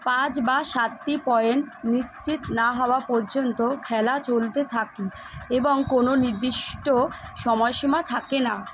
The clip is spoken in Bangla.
পাঁচ বা সাতটি পয়েন্ট নিশ্চিত না হওয়া পর্যন্ত খেলা চলতে থাকে এবং কোনো নির্দিষ্ট সময়সীমা থাকে না